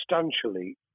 substantially